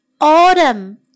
autumn